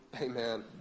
Amen